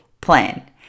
plan